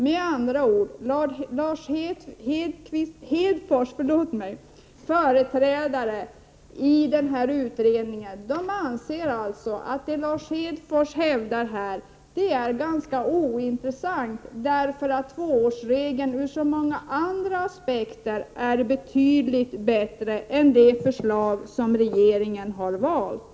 Med andra ord: Lars Hedfors företrädare i den här utredningen anser att det Lars Hedfors hävdar här är ganska ointressant, därför att tvåårsregeln ur så många andra aspekter är betydligt bättre än det förslag som regeringen har valt.